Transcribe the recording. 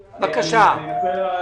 אנחנו ניתן קרקע